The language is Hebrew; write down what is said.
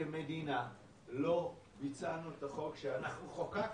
כמדינה לא ביצענו את החוק שאנחנו חוקקנו.